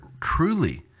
truly